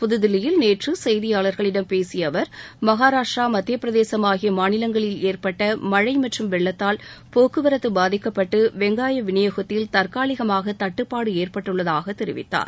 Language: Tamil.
புதுதில்லியில் நேற்று செய்தியாளர்களிடம் பேசிய அவர் மகாராஷ்ட்டிரா மத்தியப்பிரதேசம் ஆகிய மாநிலங்களில் ஏற்பட்ட மழை மற்றும் வெள்ளத்தால் போக்குவரத்து பாதிக்கப்பட்டு வெங்காய விநியோகத்தில் தற்காலிகமாக தட்டுப்பாடு ஏற்பட்டுள்ளதாக தெரிவித்தார்